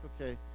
okay